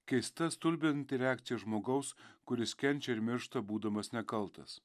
keista stulbinanti reakcija žmogaus kuris kenčia ir miršta būdamas nekaltas